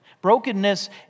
Brokenness